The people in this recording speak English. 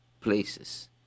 places